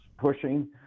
pushing